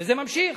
וזה נמשך.